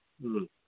ꯎꯝ